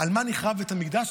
על מה נחרב בית המקדש?